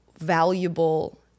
valuable